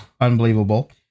unbelievable